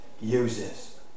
uses